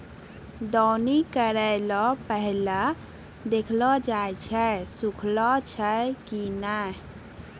दौनी करै रो पहिले देखलो जाय छै सुखलो छै की नै